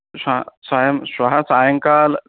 श सायं श्वः सायङ्कालः